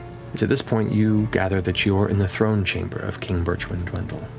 it's at this point you gather that you're in the throne chamber of king bertrand dwendal.